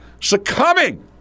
succumbing